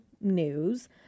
news